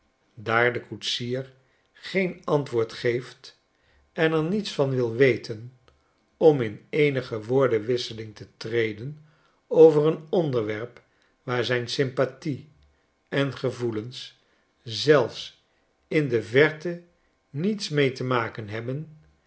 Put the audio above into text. daar de koetsier geen antwoord geeft en er niets van wil weten om in eenige woordenwisseling te treden over een onderwerp waar zijn sympathie en gevoelens zelfs in de verte niets mee te maken hebben